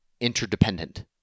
interdependent